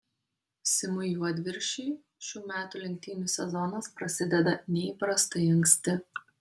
simui juodviršiui šių metų lenktynių sezonas prasideda neįprastai anksti